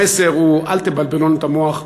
המסר הוא: אל תבלבלו לנו את המוח.